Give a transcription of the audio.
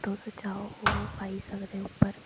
तुस चाहो ओह् पाई सकदे उप्पर